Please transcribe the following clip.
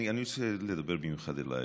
אני רוצה לדבר במיוחד אלייך,